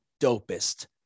dopest